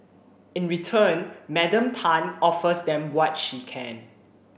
in return Madam Tan offers them what she can